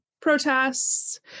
protests